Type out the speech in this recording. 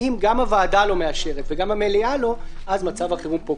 אם גם הוועדה לא מאשרת וגם המליאה לא מצב החירום פוקע.